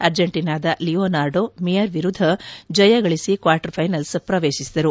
ಅರ್ಜೆಂಟೀನಾದ Leonardo Mayer ವಿರುದ್ದ ಜಯ ಗಳಿಸಿ ಕ್ವಾರ್ಟರ್ ಥೈನಲ್ಸ್ ಪ್ರವೇಶಿಸಿದರು